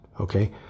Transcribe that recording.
Okay